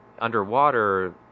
underwater